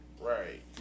Right